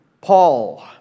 Paul